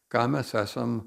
ką mes esam